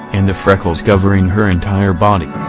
and the freckles covering her entire body.